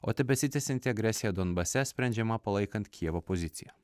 o tebesitęsianti agresija donbase sprendžiama palaikant kijevo poziciją